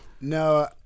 No